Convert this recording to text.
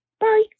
bye